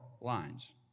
lines